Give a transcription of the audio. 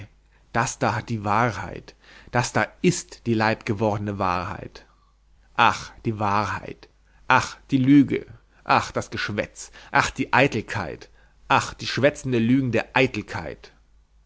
das da hat die wahrheit das da ist die leibgewordene wahrheit ach die wahrheit ach die lüge ach das geschwätz ach die eitelkeit ach die schwätzende lügende eitelkeit